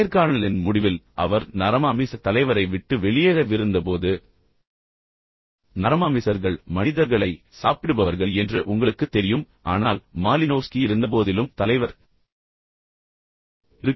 நேர்காணலின் முடிவில் பின்னர் அவர் நரமாமிச தலைவரை விட்டு வெளியேறவிருந்தபோது எனவே நரமாமிசர்கள் மனிதர்களை சாப்பிடுபவர்கள் மனிதர்களை சாப்பிட முடியும் என்று உங்களுக்குத் தெரியும் என்று நம்புகிறேன் ஆனால் மாலினோவ்ஸ்கி இருந்தபோதிலும் தலைவர் இருக்கிறார்